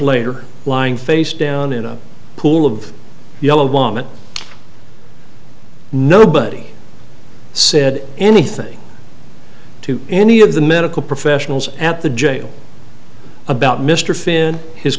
later lying face down in a pool of yellow woman nobody said anything to any of the medical professionals at the jail about mr finn his